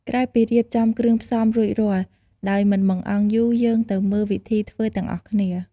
ក្រោយពីរៀបចំគ្រឿងផ្សំរួចរាល់ ដោយមិនបង្អង់យូរ យើងទៅមើលវិធីធ្វើទាំងអស់គ្នា។